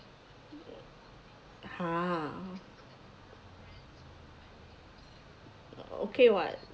!huh! okay [what]